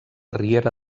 riera